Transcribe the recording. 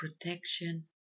protection